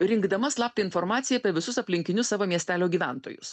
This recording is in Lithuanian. rinkdama slaptą informaciją apie visus aplinkinius savo miestelio gyventojus